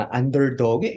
underdog